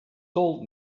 told